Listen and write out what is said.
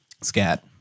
scat